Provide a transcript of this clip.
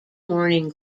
morning